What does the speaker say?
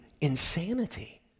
insanity